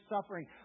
suffering